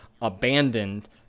abandoned